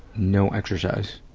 no exercise.